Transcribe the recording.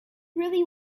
really